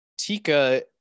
Tika